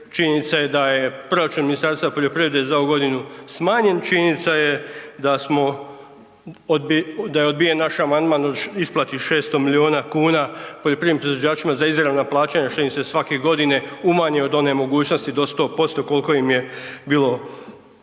činjenica je da je proračun Ministarstva poljoprivrede za ovu godinu smanjen, činjenica je da je odbijen naš amandman o isplati 600 milijuna kuna poljoprivrednim proizvođačima za izravna plaćanja što im se svake godine umanji od one mogućnosti do 100% koliko im je bilo